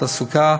תעסוקה,